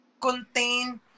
contain